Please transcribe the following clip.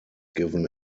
given